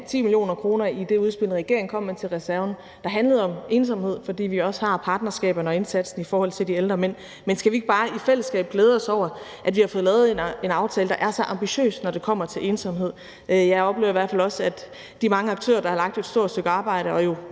10 mio. kr. i det udspil, regeringen kom med til reserven, der handlede om ensomhed, fordi vi også har partnerskaberne og indsatsen i forhold til de ældre mænd. Men skal vi ikke bare i fællesskab glæde os over, at vi har fået lavet en aftale, der er så ambitiøs, når det kommer til ensomhed? Jeg oplever i hvert fald også, at de mange aktører, der har udført et stort stykke arbejde, og jo